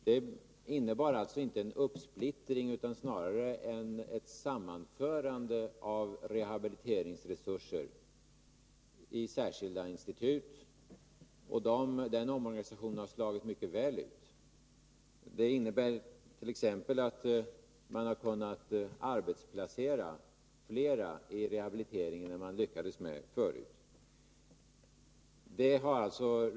Det var alltså inte fråga om en uppsplittring, utan snarare om ett sammanförande av rehabiliteringsresurser i särskilda institut. Den omorganisationen har genomförts, och den har givit mycket goda resultat. Den har t.ex. medfört att man har kunnat arbetsplacera flera i rehabiliteringsverksamheten än vad man har lyckats med förut.